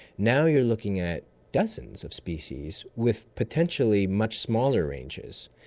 now you're looking at dozens of species with potentially much smaller ranges,